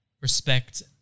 respect